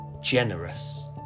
generous